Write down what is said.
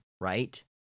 right